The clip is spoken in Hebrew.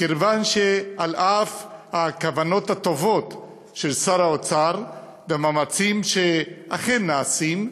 מכיוון שעל אף הכוונות הטובות של שר האוצר והמאמצים שאכן נעשים,